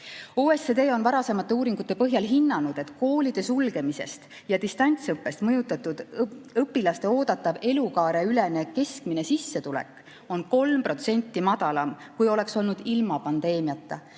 OECD on varasemate uuringute põhjal hinnanud, et koolide sulgemisest ja distantsõppest mõjutatud õpilaste oodatav elukaareülene keskmine sissetulek on 3% madalam, kui oleks olnud ilma pandeemiata.